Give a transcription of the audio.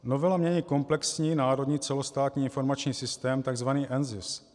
Novela mění komplexní Národní celostátní informační systém, tzv. NZIS.